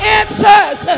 answers